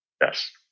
Yes